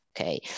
Okay